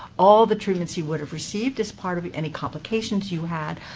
all the treatments you would've received as part of any complications you had.